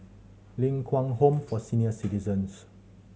Ling Kwang Home for Senior Citizens